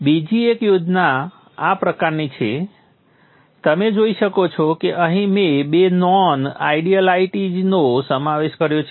બીજી એક યોજના આ પ્રકારની છે તમે જોઈ શકો છો કે અહીં મેં બે નોન આઇડિયલિટીઝનો સમાવેશ કર્યો છે